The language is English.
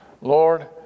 Lord